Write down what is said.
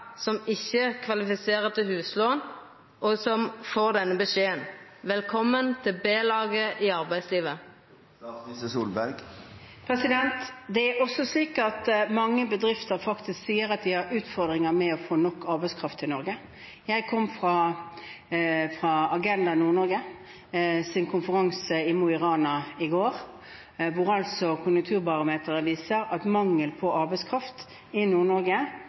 som ikkje kvalifiserer til huslån, og som får beskjeden: velkommen til B-laget i arbeidslivet? Det er slik at mange bedrifter faktisk sier at de har utfordringer med å få nok arbeidskraft i Norge. Jeg kom fra Agenda Nord-Norges konferanse i Mo i Rana i går, hvor Konjunkturbarometer for Nord-Norge viser at mangel på arbeidskraft i